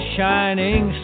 shining